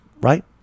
right